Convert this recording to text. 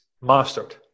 mastered